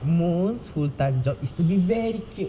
moon's full time job is to be very cute